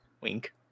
Wink